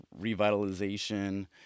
revitalization